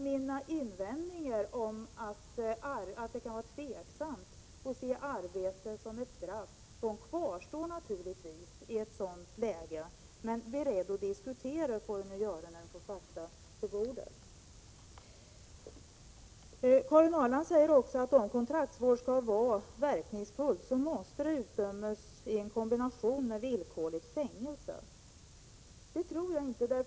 Mina invändningar, som gäller att det är tvivelaktigt om man kan se arbetet som ett straff, kvarstår naturligtvis i ett sådant läge, men jag är beredd att diskutera när fakta ligger på bordet. Karin Ahrland säger också att om kontraktsvård skall vara verkningsfull måste den utdömas i kombination med villkorligt fängelse. Jag tror inte det.